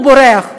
הוא בורח,